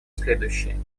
следующие